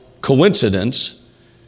coincidence